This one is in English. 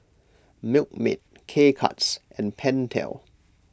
Milkmaid K Cuts and Pentel